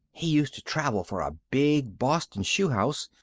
he used to travel for a big boston shoe house,